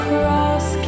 cross